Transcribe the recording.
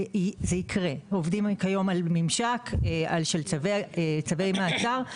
זה יקרה, עובדים כיום על ממשק של צווי מעצר.